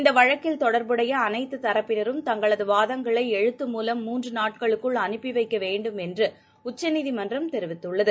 இந்தவழக்கில் தொடர்புடைய அனைத்துரப்பினரும் தங்களதுவாதங்களைஎழுத்து மூலம் மூன்றுநாட்களுக்குள் அனுப்பிவைக்கவேண்டும் என்றுஉச்சநீதிமன்றம் தெரிவித்துள்ளது